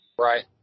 Right